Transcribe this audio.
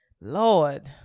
lord